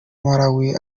malawi